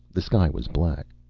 the sky was black.